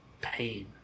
pain